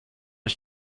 ich